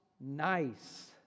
nice